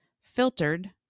filtered